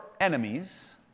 enemies